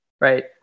right